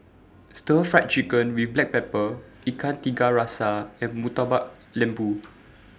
Stir Fried Chicken with Black Pepper Ikan Tiga Rasa and Murtabak Lembu